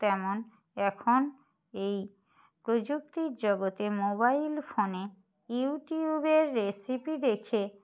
তেমন এখন এই প্রযুক্তির জগতে মোবাইল ফোনে ইউটিউবের রেসিপি দেখে